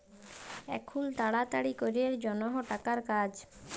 এখুল তাড়াতাড়ি ক্যরের জনহ টাকার কাজ